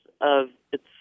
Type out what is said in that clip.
of—it's